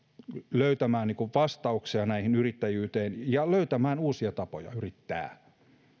löytämään vastauksia yrittäjyyteen ja löytämään uusia tapoja yrittää